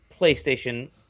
PlayStation